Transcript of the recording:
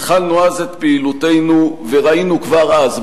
התחלנו אז את פעילותנו וראינו כבר אז,